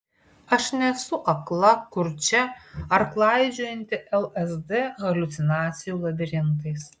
aš nesu akla kurčia ar klaidžiojanti lsd haliucinacijų labirintais